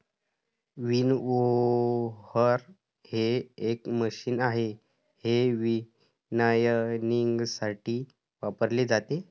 winnower हे एक machine आहे जे विनॉयइंगसाठी वापरले जाते